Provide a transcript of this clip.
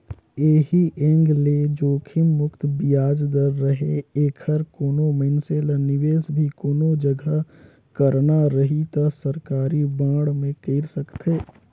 ऐही एंग ले जोखिम मुक्त बियाज दर रहें ऐखर कोनो मइनसे ल निवेस भी कोनो जघा करना रही त सरकारी बांड मे कइर सकथे